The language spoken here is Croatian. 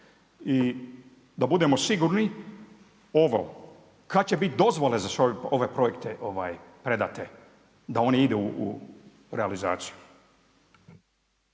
i da budemo sigurni, ovo, kad će biti dozvole za sve ove projekte predate, da oni idu u realizaciju?